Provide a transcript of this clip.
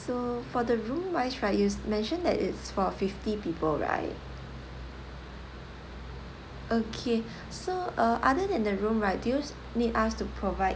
so for the room-wise right you mentioned that it's for fifty people right okay so uh other than the room right do you need us to provide